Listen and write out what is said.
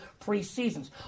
preseasons